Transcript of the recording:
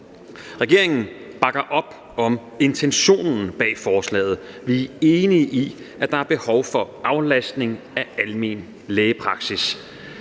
Regeringen bakker op om intentionen bag forslaget. Vi er enige i, at der er behov for aflastning af almen lægepraksis,